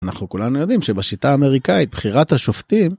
אנחנו כולנו יודעים שבשיטה האמריקאית, בחירת השופטים...